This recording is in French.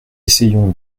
essayons